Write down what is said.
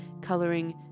coloring